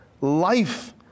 life